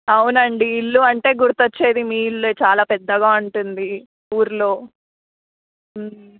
అవునండీ ఇల్లు అంటే గుర్తు వచ్చేది మీ ఇల్లే చాలా పెద్దగా ఉంటుంది ఊర్లో